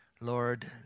Lord